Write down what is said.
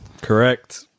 Correct